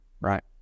right